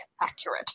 accurate